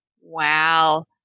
Wow